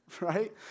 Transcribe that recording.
right